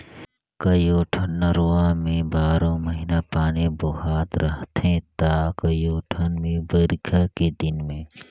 कयोठन नरूवा में बारो महिना पानी बोहात रहथे त कयोठन मे बइरखा के दिन में